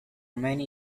many